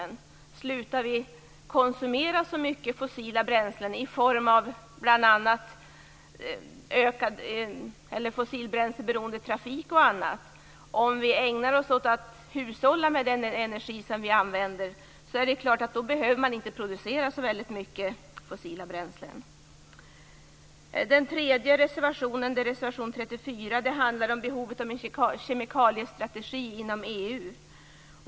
Om vi slutar att konsumera så mycket fossila bränslen, t.ex. i trafiken, och hushållar med energin, behöver det inte produceras så mycket fossila bränslen. Reservation 34 handlar om behovet av en kemikaliestrategi inom EU.